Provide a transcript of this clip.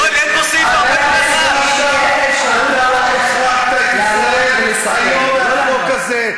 אין פה סעיף 41. אתה החרגת את ישראל היום מהחוק הזה.